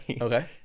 Okay